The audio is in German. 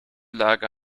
lage